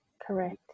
Correct